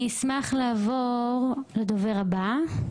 אני אשמח לעבור לדובר הבא.